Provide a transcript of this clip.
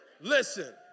Listen